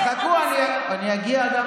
חכו, אני אגיע לעובדים.